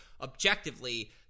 objectively—